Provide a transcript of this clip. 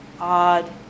Odd